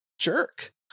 jerk